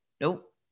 nope